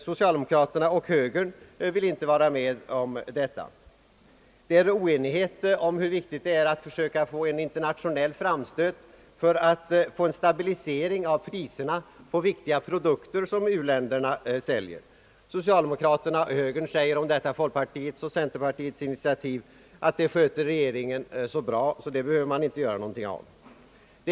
Socialdemokraterna och högern vill inte vara med om detta. Det råder oenighet om angelägenheten av att försöka göra en internationell framstöt för att få en stabilisering av priserna på viktiga produkter som u-länderna säljer. Socialdemokraterna och högern säger om detta folkpartiets och centerpartiets initiativ att regeringen sköter det hela så bra att man inte behöver göra någonting åt det.